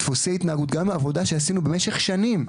גם העבודה שעשינו במשך שנים,